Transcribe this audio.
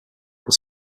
was